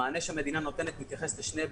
המענה שהמדינה נותנת מתייחס לשני היבטים: